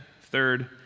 third